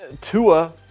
Tua